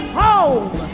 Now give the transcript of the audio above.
home